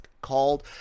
called